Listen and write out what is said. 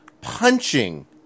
Punching